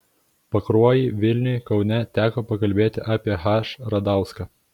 pakruojy vilniuj kaune teko pakalbėti apie h radauską